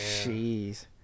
Jeez